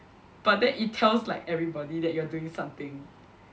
but then it tells like everybody that you are doing something